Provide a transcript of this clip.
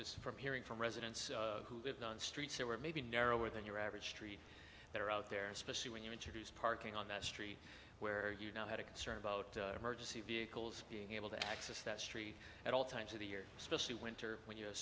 just from hearing from residents who lived on streets that were maybe narrower than your average street they're out there especially when you introduce parking on that street where you now have a concern about emergency vehicles being able to access that street at all times of the year especially winter when you